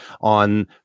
on